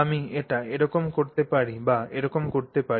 আমি এটি এরকম করতে পারি বা এরকম করতে পারি